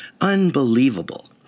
unbelievable